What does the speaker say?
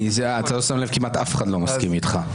אם אתה לא שם לב כמעט אף אחד לא מסכים איתך.